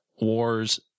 wars